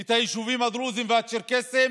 את היישובים הדרוזיים והצ'רקסיים,